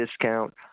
discount